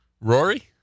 Rory